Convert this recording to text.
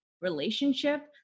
relationship